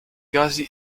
casi